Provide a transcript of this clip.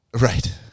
Right